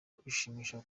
kwishimisha